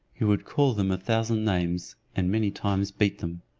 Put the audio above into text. he would call them a thousand names, and many times beat them.